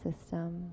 system